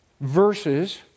verses